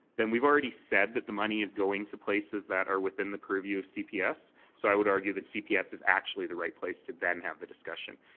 then we've already said that the money is going to places that are within the purview of cps so i would argue that cps is actually the right place to then have the discussion.